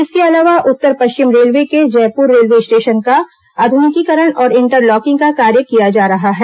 इसके अलावा उत्तर पश्चिम रेलवे के जयपुर रेलवे स्टेशन का आधुनिकीकरण और इंटरलॉकिंग का कार्य किया जा रहा है